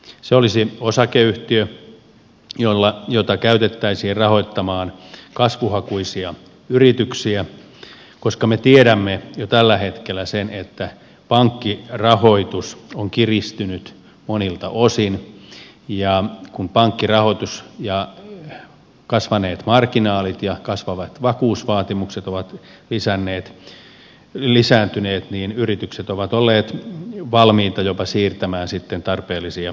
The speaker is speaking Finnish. se olisi osakeyhtiö jota käytettäisiin rahoittamaan kasvuhakuisia yrityksiä koska me tiedämme jo tällä hetkellä sen että pankkirahoitus on kiristynyt monilta osin ja kun pankkirahoitus ja kasvaneet marginaalit ja kasvavat vakuusvaatimukset ovat lisääntyneet niin yritykset ovat olleet valmiita jopa siirtämään sitten tarpeellisia investointeja